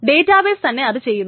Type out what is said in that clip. database തന്നെ അത് ചെയ്യുന്നു